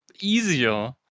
easier